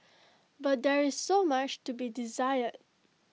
but there is so much to be desired